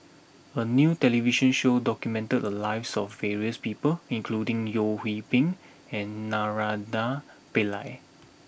a new television show documented the lives of various people including Yeo Hwee Bin and Naraina Pillai